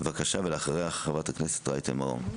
בבקשה; ולאחריה חברת הכנסת רייטן מרום.